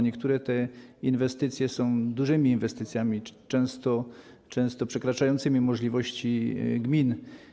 Niektóre te inwestycje są dużymi inwestycjami, często przekraczającymi możliwości gmin.